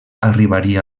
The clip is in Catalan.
arribaria